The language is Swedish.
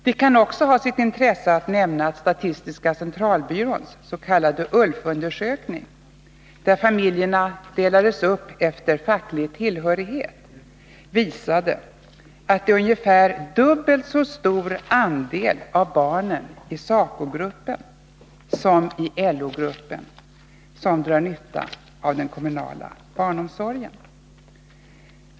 Det kan också ha sitt intresse att nämna att statistiska centralbyråns s.k. ULF-undersökning, där familjerna delades upp efter facklig tillhörighet, visade att ungefär dubbelt så stor andel av barnen i SACO-gruppen som i LO-gruppen drar nytta av den kommunala barnomsorgen.